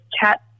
chat